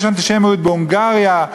שיש אנטישמיות בהונגריה,